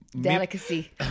delicacy